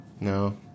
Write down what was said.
No